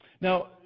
Now